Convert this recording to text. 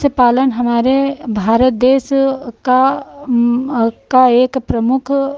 मत्स्य पालन हमारे भारत देश का का एक प्रमुख